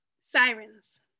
sirens